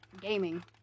gaming